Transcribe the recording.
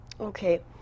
Okay